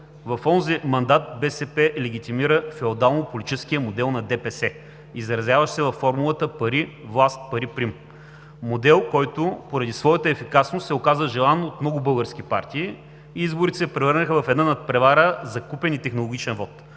– в онзи мандат БСП легитимира феодално-политическия модел на ДПС, изразяващ се във формулата „пари-власт, пари-прим“. Модел, който поради своята ефикасност, се оказа желан от много български партии и изборите се превърнаха в една надпревара за купен и технологичен вот.